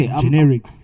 generic